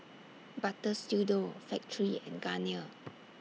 Butter Studio Factorie and Garnier